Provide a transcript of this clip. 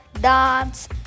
dance